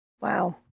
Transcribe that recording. Wow